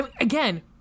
again